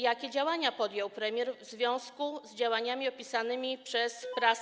Jakie działania podjął premier w związku z działaniami opisanymi przez prasę.